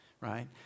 right